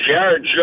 Jared